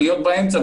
להיות באמצע,